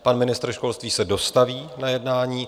Pan ministr školství se dostaví na jednání.